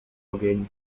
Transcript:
ogień